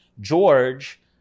george